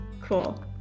Cool